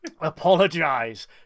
apologize